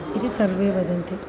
इति सर्वे वदन्ति